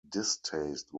distaste